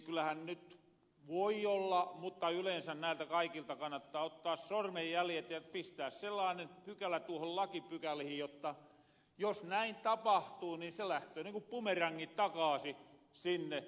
kyllähän nyt voi olla niin mutta yleensä näiltä kaikilta kannattaa ottaa sormenjäljet ja pistää sellaanen pykälä noihin lakipykälihin jotta jos näin tapahtuu niin se lähtöö niin kuin pumerangi takaasi sinne